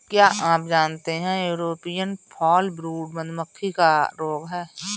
क्या आप जानते है यूरोपियन फॉलब्रूड मधुमक्खी का रोग है?